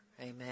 Amen